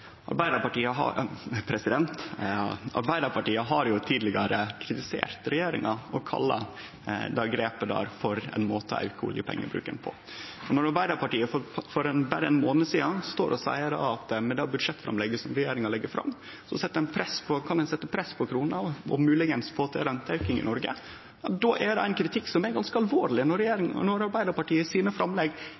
Arbeidarpartiet har tidlegare kritisert regjeringa og kalla dei grepa ein måte å auke oljepengebruken på. Når Arbeidarpartiet for berre ein månad sidan stod og sa at med det budsjettframlegget som regjeringa legg fram, kan ein setje press på krona og kanskje få ein renteauke i Noreg, er det ein kritikk som er ganske alvorleg når Arbeidarpartiet i sine framlegg